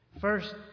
First